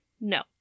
No